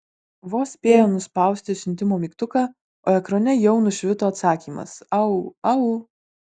vos spėjo nuspausti siuntimo mygtuką o ekrane jau nušvito atsakymas au au